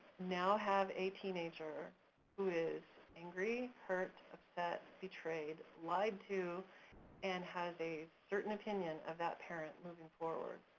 now have a teenager who is angry, hurt, upset, betrayed, lied to and has a certain opinion of that parent, moving forward.